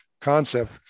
concept